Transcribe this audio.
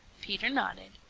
peter nodded.